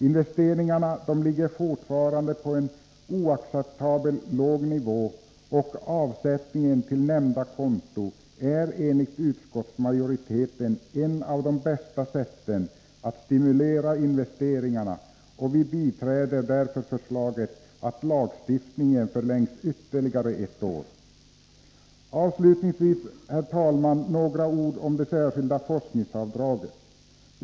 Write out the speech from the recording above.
Investeringarna ligger fortfarande på en oacceptabelt låg nivå, och avsättningen till nämnda konto är enligt utskottsmajoriteten ett av de bästa sätten att stimulera investeringarna. Vi biträder därför förslaget att lagstiftningen förlängs ytterligare ett år. Avslutningsvis, herr talman, några ord om det särskilda forskningsavdraget.